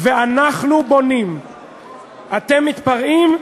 אתם מתפרעים,